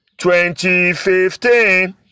2015